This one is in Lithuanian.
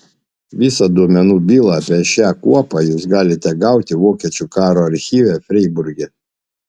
visą duomenų bylą apie šią kuopą jūs galite gauti vokiečių karo archyve freiburge